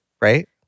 right